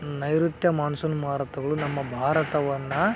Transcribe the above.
ನೈರುತ್ಯ ಮಾನ್ಸೂನ್ ಮಾರುತಗಳು ನಮ್ಮ ಭಾರತವನ್ನು